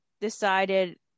decided